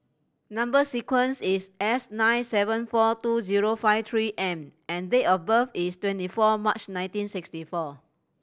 number sequence is S nine seven four two zero five Three M and date of birth is twenty four March nineteen sixty four